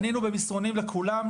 -- פנינו במסרונים לכולם,